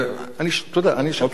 אני אשאל את המציעים.